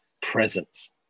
presence